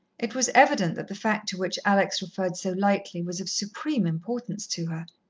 it was evident that the fact to which alex referred so lightly was of supreme importance to her.